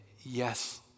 yes